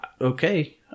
okay